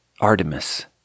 Artemis